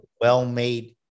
well-made